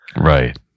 Right